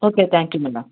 okay thank you madam